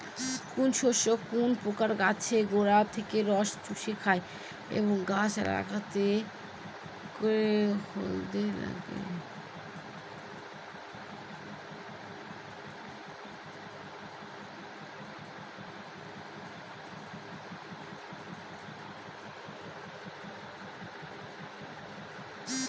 কোন শস্যে কোন পোকা গাছের গোড়া থেকে রস চুষে খায় এবং গাছ হলদে করে ঝলসে দেয়?